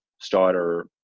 starter